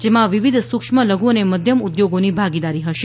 જેમાં વિવિધ સૂક્ષ્મ લઘુ અને મધ્યમ ઉદ્યોગોની ભાગીદારી હશે